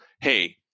hey